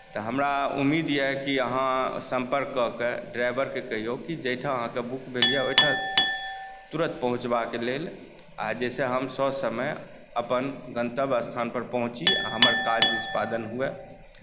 तऽ हमरा उम्मीद यऽ कि अहाँ संपर्क कए कऽ ड्राइवरकेँ कहियौ कि जाहिठाम अहाँके बुक भेल यऽ ओहिठाम अहाँ तुरत पहुँचबाक लेल आ जाहिसँ हम ससमय अपन गंतव्य स्थान पर पहुँची आ हमर काज निष्पादन हुए